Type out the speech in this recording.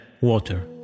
water